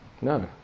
No